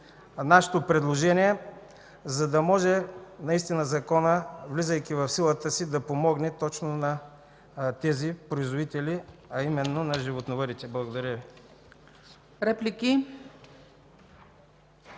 нашето предложение, за да може наистина Законът, влизайки в силата си, да помогне точно на тези производители, а именно на животновъдите. Благодаря Ви.